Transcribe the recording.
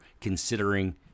considering